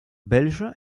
belge